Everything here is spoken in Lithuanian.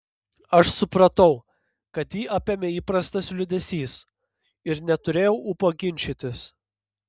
aš supratau kad jį apėmė įprastas liūdesys ir neturėjau ūpo ginčytis